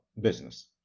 business